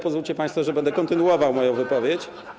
Pozwólcie państwo, że będę kontynuował moją wypowiedź.